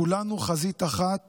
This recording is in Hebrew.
כולנו חזית אחת